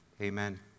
Amen